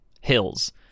hills